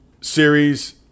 Series